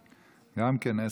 אחרת,